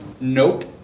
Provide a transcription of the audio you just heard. Nope